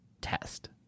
test